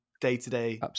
day-to-day